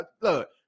look